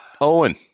Owen